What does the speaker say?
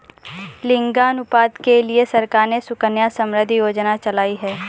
लिंगानुपात के लिए सरकार ने सुकन्या समृद्धि योजना चलाई है